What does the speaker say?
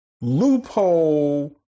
loophole